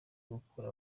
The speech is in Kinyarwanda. kugura